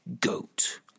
goat